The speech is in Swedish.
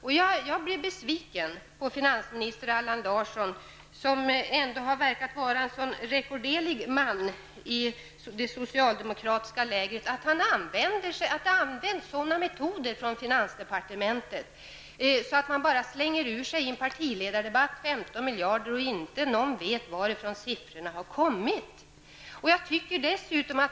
Jag har blivit besviken på finansminister Allan Larsson, som ändå verkat vara en så rekorderlig man i det socialdemokratiska lägret, när han i en partiledardebatt bara slänger ur sig att vår budget visar ett underskott på 15 miljarder utan att redovisa hur man kommit fram till den siffran.